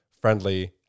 friendly